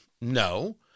No